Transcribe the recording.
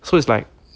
so it's like